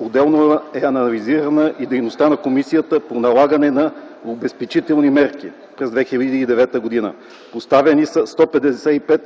Отделно е анализирана и дейността на комисията по налагане на обезпечителни мерки по ЗОПДИППД през 2009 г. Постановени са 155